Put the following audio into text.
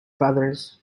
brothers